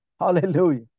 Hallelujah